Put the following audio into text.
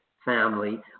family